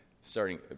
starting